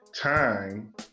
time